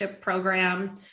program